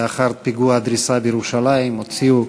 שלאחר פיגוע הדריסה בירושלים הוציאו